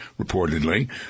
reportedly